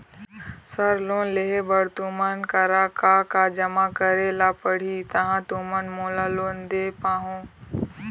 Sir loan लेहे बर तुमन करा का का जमा करें ला पड़ही तहाँ तुमन मोला लोन दे पाहुं?